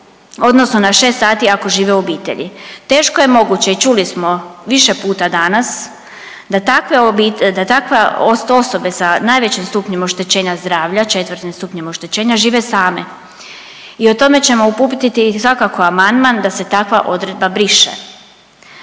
odnosno na 6 sati ako žive u obitelji. Teško je moguće i čuli smo više puta danas da takve obite…, da takva osobe sa najvećim stupnjem oštećenja zdravlja, 4. stupnjem oštećenja žive same i o tome ćemo uputiti svakako amandman da se takva odredba briše.